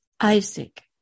Isaac